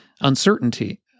uncertainty